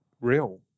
real